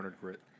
grit